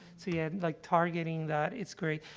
so, yeah, like, targeting that is great.